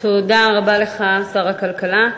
תודה רבה לך, שר הכלכלה.